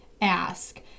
ask